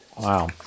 Wow